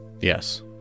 yes